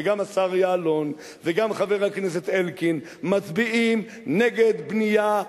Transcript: וגם השר יעלון וגם חבר הכנסת אלקין מצביעים נגד בנייה,